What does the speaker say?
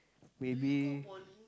maybe